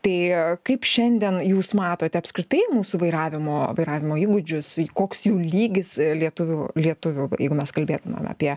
tai kaip šiandien jūs matote apskritai mūsų vairavimo vairavimo įgūdžius koks jų lygis lietuvių lietuvių jeigu mes kalbėtumėm apie